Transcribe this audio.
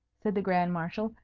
said the grand marshal,